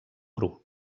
cru